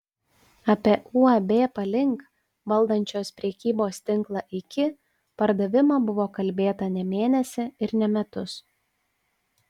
apie uab palink valdančios prekybos tinklą iki pardavimą buvo kalbėta ne mėnesį ir ne metus